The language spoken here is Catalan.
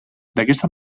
d’aquesta